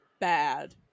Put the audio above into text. Bad